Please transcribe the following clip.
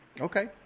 Okay